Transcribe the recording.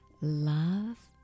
Love